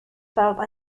felt